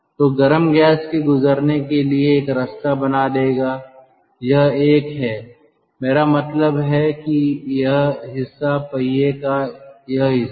तो गर्म गैस के गुजरने के लिए एक रास्ता बना देगा यह एक है मेरा मतलब है कि यह हिस्सा पहिया का यह हिस्सा